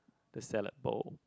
the salad bowl